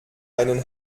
einen